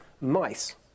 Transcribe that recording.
mice